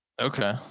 Okay